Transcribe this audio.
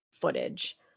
footage